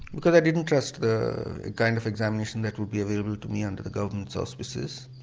because i didn't trust the kind of examination that would be available to me under the government's auspices,